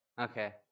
Okay